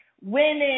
women